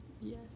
yes